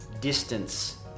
distance